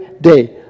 day